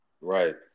Right